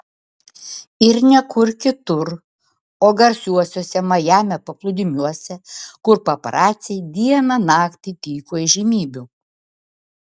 ir ne kur kitur o garsiuosiuose majamio paplūdimiuose kur paparaciai dieną naktį tyko įžymybių